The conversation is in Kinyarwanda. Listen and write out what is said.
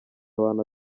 abantu